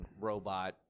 robot